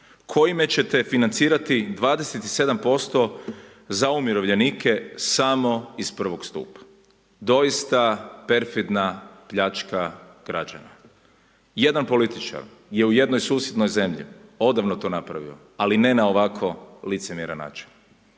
kojim će te financirati 27% za umirovljenike samo iz prvog stupa. Doista perfidna pljačka građana! Jedan političar je u jednoj susjednoj zemlji odavno to napravio ali ne na ovako licemjeran način.